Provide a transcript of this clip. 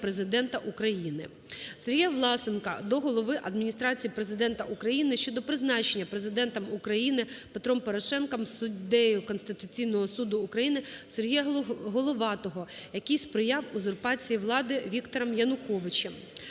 СергіяВласенка до голови Адміністрації Президента України щодо призначення Президентом України Петром Порошенком суддею Конституційного Суду України Сергія Головатого, який сприяв узурпації влади Віктором Януковичем.